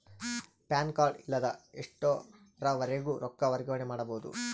PAN card ಇಲ್ಲದ ಎಷ್ಟರವರೆಗೂ ರೊಕ್ಕ ವರ್ಗಾವಣೆ ಮಾಡಬಹುದು?